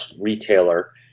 retailer